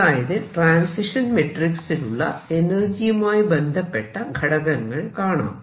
അതായത് ട്രാൻസിഷൻ മെട്രിക്സിലുള്ള എനർജിയുമായി ബന്ധപ്പെട്ട ഘടകങ്ങൾ കാണാം